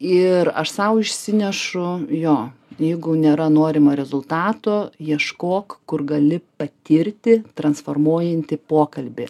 ir aš sau išsinešu jo jeigu nėra norimo rezultato ieškok kur gali patirti transformuojantį pokalbį